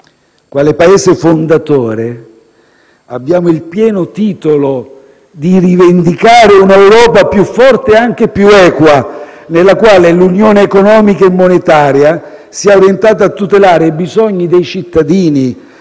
Quale Paese fondatore, noi abbiamo pieno titolo di rivendicare una Europa più forte e anche più equa, nella quale l'Unione economica e monetaria sia orientata a tutelare i bisogni dei cittadini